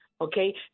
Okay